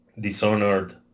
Dishonored